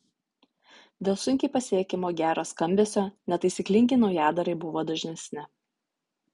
dėl sunkiai pasiekiamo gero skambesio netaisyklingi naujadarai buvo dažnesni